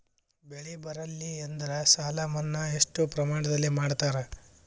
ಬೆಳಿ ಬರಲ್ಲಿ ಎಂದರ ಸಾಲ ಮನ್ನಾ ಎಷ್ಟು ಪ್ರಮಾಣದಲ್ಲಿ ಮಾಡತಾರ?